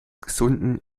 gesunden